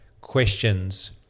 questions